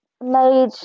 made